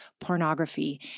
pornography